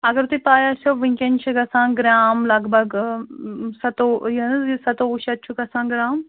اگر تُہۍ پَے آسٮ۪و وُنکٮ۪ن چھِ گژھان گرٛام لگ بگ سَتوٚوُہ یہِ حظ یہِ سَتووُہ شَتھ چھُ گژھان گرٛام